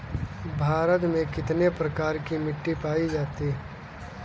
भारत में कितने प्रकार की मिट्टी पाई जाती है?